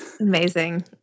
amazing